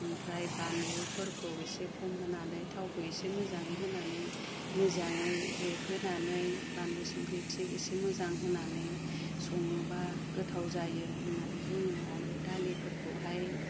ओमफ्राय बानलुफोरखौ एसे खम होनानै थावखौ एसे मोजाङै होनानै मोजाङै रेबहोनानै बानलु संख्रि थिग एसे मोजां होनानै सङोब्ला गोथाव जायो होननानै बुङो आरो दालिफोरखौहाय